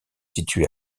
situé